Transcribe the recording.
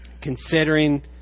considering